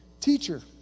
Teacher